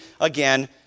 again